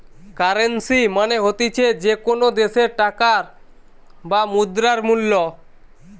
currency মানে হতিছে যে কোনো দ্যাশের টাকার বা মুদ্রার মূল্য